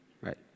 right